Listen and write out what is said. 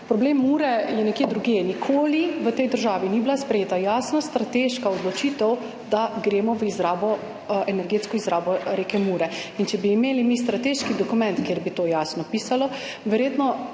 problem Mure je nekje drugje. Nikoli v tej državi ni bila sprejeta jasna strateška odločitev, da gremo v energetsko izrabo reke Mure. In če bi imeli mi strateški dokument, kjer bi to jasno pisalo, verjetno